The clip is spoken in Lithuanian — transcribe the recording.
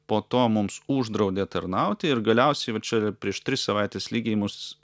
po to mums uždraudė tarnauti ir galiausiai va čia prieš tris savaites lygiai mus